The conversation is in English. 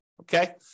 okay